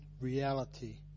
reality